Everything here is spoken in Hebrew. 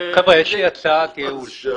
חבר'ה, יש לי הצעת ייעול.